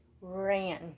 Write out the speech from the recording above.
ran